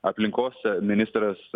aplinkos ministras